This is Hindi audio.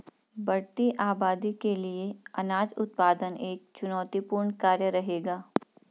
बढ़ती आबादी के लिए अनाज उत्पादन एक चुनौतीपूर्ण कार्य रहेगा